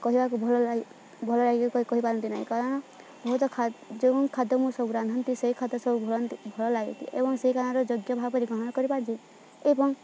କହିବାକୁ ଭଲ ଲାଗ ଭଲ ଲାଗି କହି କହିପାରନ୍ତି ନାହିଁ କାରଣ ବହୁତ ଯେଉଁ ଖାଦ୍ୟ ମୁଁ ସବୁ ରାନ୍ଧନ୍ତି ସେଇ ଖାଦ୍ୟ ସବୁ ଭଲ ଲାଗି ଏବଂ ସେଇ କାରଣର ଯୋଗ୍ୟ ଭାବରେ ଗ୍ରହଣ କରିପାରଚି ଏବଂ